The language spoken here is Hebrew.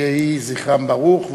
יהי זכרם ברוך,